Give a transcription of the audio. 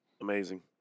Amazing